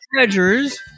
treasures